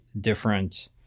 different